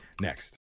next